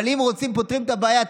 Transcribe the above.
אבל אם רוצים, פותרים את הבעיה.